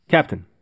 Captain